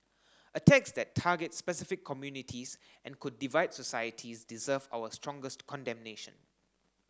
attacks that target specific communities and could divide societies deserve our strongest condemnation